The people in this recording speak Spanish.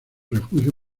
refugio